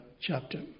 chapter